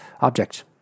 objects